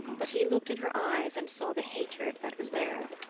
but he looked in her eyes and saw the hatred that was there.